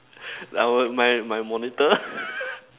like well my my monitor